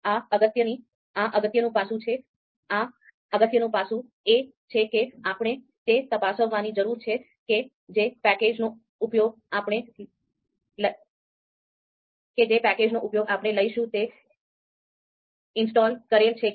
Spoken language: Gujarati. એક અગત્યનું પાસું એ છે કે આપણે તે તપાસવાની જરૂર છે કે જે પેકેજ નો ઉપયોગ આપણે લઈશું તે ઇન્સ્ટોલ કરેલા છે કે નહીં